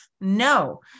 No